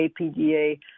APDA